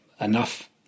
enough